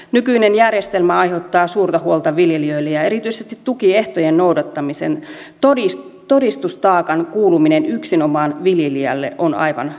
nykyinen järjestelmä aiheuttaa suurta huolta viljelijöille ja erityisesti tukiehtojen noudattamisen todistustaakan kuuluminen yksinomaan viljelijälle on aivan kohtuutonta